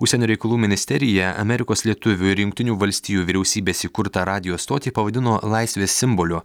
užsienio reikalų ministerija amerikos lietuvių ir jungtinių valstijų vyriausybės įkurtą radijo stotį pavadino laisvės simboliu